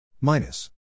minus